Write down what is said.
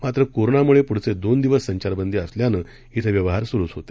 मात्र कोरोनामुळे पुढचे दोन दिवस संचारबंदी असल्यानं इथं व्यवहार सुरुच होते